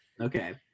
Okay